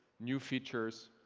new features,